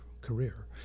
career